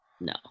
No